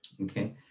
Okay